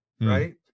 Right